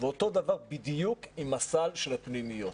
ואותו דבר בדיוק עם הסל של הפנימיות.